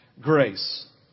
Grace